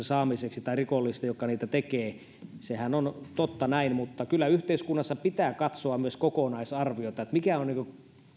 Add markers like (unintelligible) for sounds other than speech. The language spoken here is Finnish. (unintelligible) saamiseksi tai rikollisten jotka niitä tekevät sehän on totta näin mutta kyllä yhteiskunnassa pitää katsoa myös kokonaisarviota mikä on